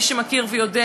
מי שמכיר ויודע,